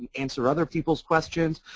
answer other people's questions.